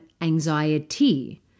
anxiety